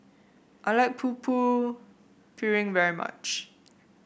I like Putu Piring very much